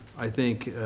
i think,